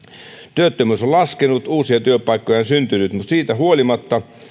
työttömyys on laskenut uusia työpaikkoja on syntynyt mutta siitä huolimatta